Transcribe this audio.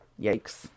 yikes